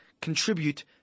contribute